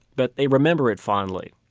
but they remember it fondly.